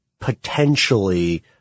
potentially